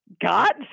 God